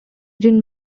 jin